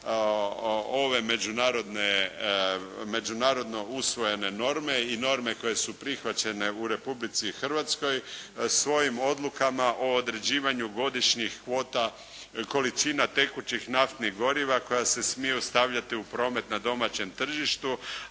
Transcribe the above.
ove međunarodno usvojene norme i norme koje su prihvaćene u Republici Hrvatskoj svojim odlukama o određivanju godišnjih kvota količina tekućih naftnih goriva koja se smiju stavljati u promet na domaćem tržištu